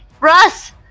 Russ